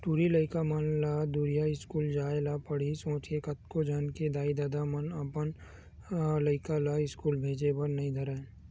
टूरी लइका मन ला दूरिहा इस्कूल जाय ल पड़ही सोच के कतको झन के दाई ददा मन ह अपन लइका ला इस्कूल भेजे बर नइ धरय